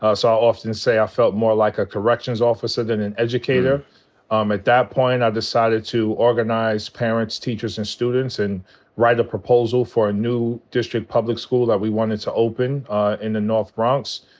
ah often say i felt more like a corrections officer than an educator. um at that point i decided to organize parents, teachers, and students and write a proposal for a new district public school that we wanted to open in the north bronx.